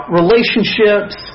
relationships